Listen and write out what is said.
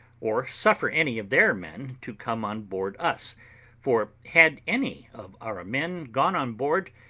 or suffer any of their men to come on board us for, had any of our men gone on board,